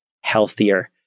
healthier